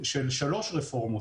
על שלוש רפורמות.